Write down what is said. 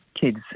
kids